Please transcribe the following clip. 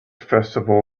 festival